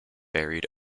varied